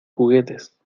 juguetes